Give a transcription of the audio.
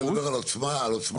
אתה מדבר על עוצמה לטווח קצר?